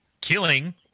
killing